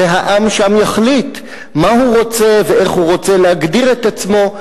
והעם שם יחליט מה הוא רוצה ואיך הוא רוצה להגדיר את עצמו.